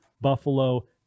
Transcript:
Buffalo